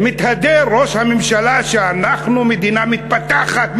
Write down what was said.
מתהדר ראש הממשלה שאנחנו מדינה מתפתחת,